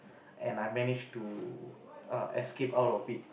and I managed to err escape out of it